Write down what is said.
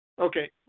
okay